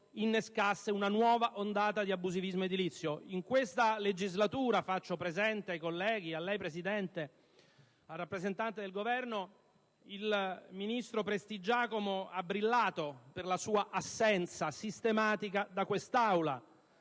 innescasse una nuova ondata di abusivismo edilizio. In questa legislatura - lo faccio presente ai colleghi, a lei, signora Presidente, e al rappresentante del Governo - il ministro Prestigiacomo ha brillato per la sua assenza sistematica da quest'Aula: